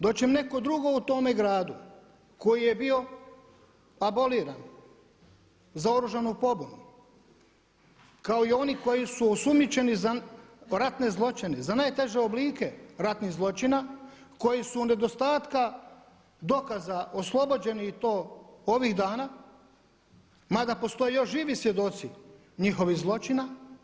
Dočim neko drugo u tome gradu koji je bio aboliran za oružanu pobunu, kao i oni koji su osumnjičeni za ratne zločine, za najteže oblike ratnih zločina koji su u nedostatku dokaza oslobođeni i to ovih dana, mada postoje još živi svjedoci njihovih zločina.